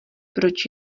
proč